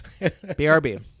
brb